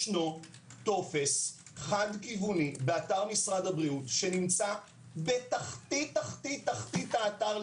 יש טופס חד-כיווני באתר משרד הבריאות שנמצא בתחתית-תחתית האתר,